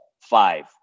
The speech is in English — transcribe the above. five